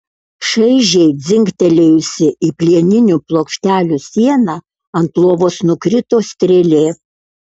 šaižiai dzingtelėjusi į plieninių plokštelių sieną ant lovos nukrito strėlė